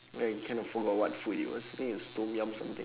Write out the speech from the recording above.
ya I kind of forgot what food it was I think is tom-yum something